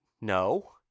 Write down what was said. no